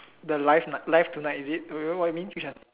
the live uh live tonight is it wait wait what you mean which one